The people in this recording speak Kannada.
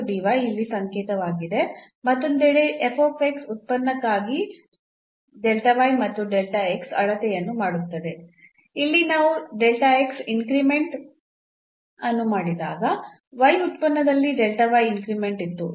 ಮತ್ತು ಇಲ್ಲಿ ಸಂಕೇತವಾಗಿದೆ ಮತ್ತೊಂದೆಡೆ ಉತ್ಪನ್ನಕ್ಕಾಗಿ ಮತ್ತು ಅಳತೆಯನ್ನು ಮಾಡುತ್ತದೆ ಇಲ್ಲಿ ನಾವು ಇನ್ಕ್ರಿಮೆಂಟ್ ಅನ್ನು ಮಾಡಿದಾಗ y ಉತ್ಪನ್ನದಲ್ಲಿ ಇನ್ಕ್ರಿಮೆಂಟ್ ಇತ್ತು